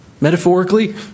metaphorically